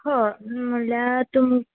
हय म्हळ्ळ्या तुम